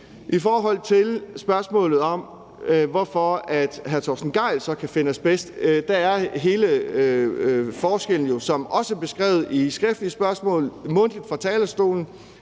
I forhold til spørgsmålet om, hvorfor hr. Torsten Gejl så kan finde asbest, er hele forskellen jo, som også er besvaret i skriftlige spørgsmål og mundtligt fra talerstolen,